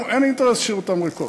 לנו אין אינטרס להשאיר אותן ריקות,